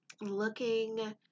looking